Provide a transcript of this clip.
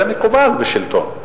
זה מקובל בשלטון,